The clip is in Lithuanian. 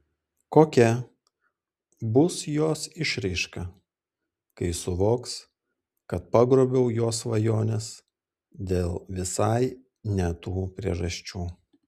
kokia bus jos išraiška kai suvoks kad pagrobiau jos svajones dėl visai ne tų priežasčių